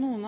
noen